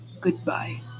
Goodbye